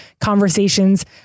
conversations